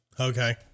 okay